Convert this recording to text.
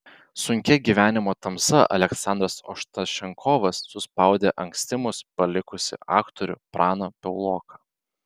sunkia gyvenimo tamsa aleksandras ostašenkovas suspaudė anksti mus palikusį aktorių praną piauloką